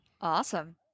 Awesome